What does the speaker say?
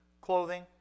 clothing